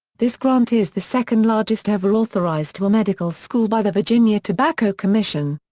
this grant is the second largest ever authorized to a medical school by the virginia tobacco commission.